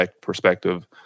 perspective